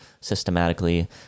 systematically